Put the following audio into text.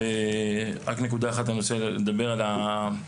נקודה אחת שאני רוצה לדבר עליה,